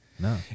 No